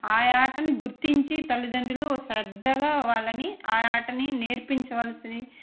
ఆ ఆటని గుర్తించి తల్లిదండ్రులు శ్రద్ధగా వాళ్ళని ఆ ఆటని నేర్పించవలసి